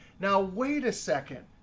now wait a second.